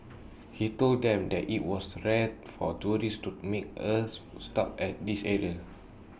he told them that IT was rare for tourists to make A stop at this area